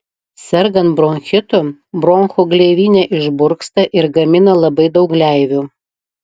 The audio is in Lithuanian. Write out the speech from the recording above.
sergant bronchitu bronchų gleivinė išburksta ir gamina labai daug gleivių